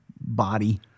body